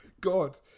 god